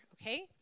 okay